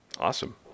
awesome